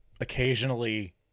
occasionally